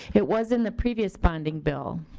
it was in the previous bonding bill.